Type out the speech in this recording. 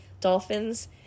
dolphins